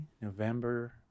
November